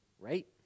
right